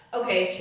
okay,